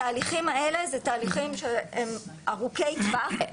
התהליכים האלה זה תהליכים שהם ארוכי טווח.